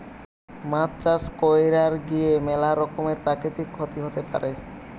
মাছ চাষ কইরার গিয়ে ম্যালা রকমের প্রাকৃতিক ক্ষতি হতে পারে